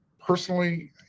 personally